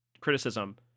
criticism